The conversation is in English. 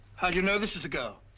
how'd you know this is the girl?